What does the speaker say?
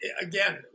again